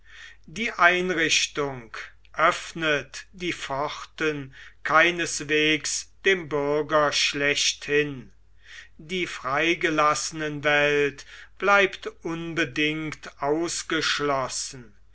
die einrichtung öffnet die pforten keineswegs dem bürger schlechthin die freigelassenenwelt bleibt unbedingt ausgeschlossen